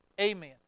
Amen